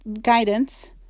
guidance